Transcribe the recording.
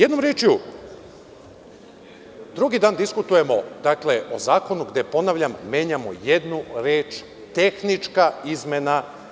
Jednom rečju, drugi dan diskutujemo o zakonu gde, ponavljam, menjamo jednu reč – tehnička izmena.